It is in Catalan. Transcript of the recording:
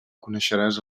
coneixeràs